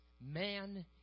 man